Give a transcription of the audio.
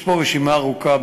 יש פה רשימה ארוכה.